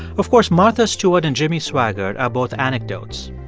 of course, martha stewart and jimmy swaggart are both anecdotes.